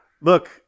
look